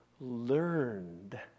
learned